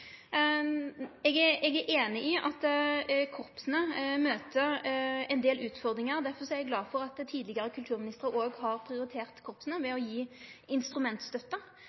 Eg er einig i at korpsa møter ein del utfordringar, og derfor er eg glad for at tidlegare kulturministrar òg har prioritert korpsa ved å